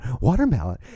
watermelon